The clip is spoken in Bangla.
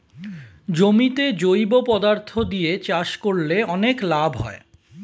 জমিতে জৈব পদার্থ দিয়ে চাষ করলে অনেক লাভ হয়